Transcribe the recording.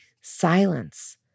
silence